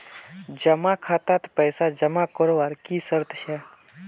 जमा खातात पैसा जमा करवार की शर्त छे?